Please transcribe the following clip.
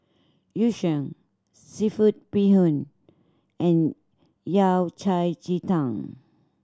Yu Sheng seafood bee hoon and Yao Cai ji tang